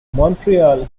montreal